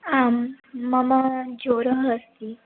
आं मम ज्वरः अस्ति